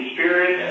Spirit